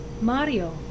Mario